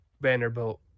Vanderbilt